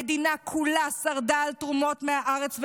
המדינה כולה שרדה על תרומות מהארץ ומחו"ל,